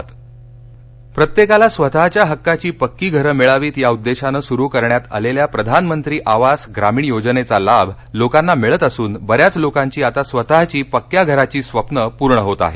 लाभार्थी बाईटपालघरः प्रत्येकाला स्वतः च्या हक्काची पक्की घर मिळावीत या उद्देशानं सुरू करण्यात आलेल्या प्रधानमंत्री आवास ग्रामीण योजनेचा लाभ लोकांना मिळत असून बऱ्याच लोकांची आता स्वतःची पक्क्या घराची स्वप्न पूर्ण होत आहेत